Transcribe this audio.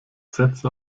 sätze